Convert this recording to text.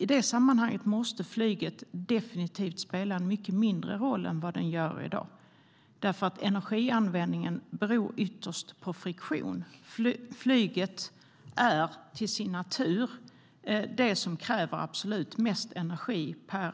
I det sammanhanget måste flyget definitivt spela en mycket mindre roll än det gör i dag. Energianvändningen beror ytterst på friktion. Flyget är till sin natur det som kräver absolut mest energi per